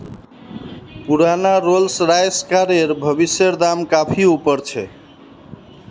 पुराना Rolls Royce कारेर भविष्येर दाम काफी ऊपर छे